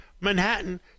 Manhattan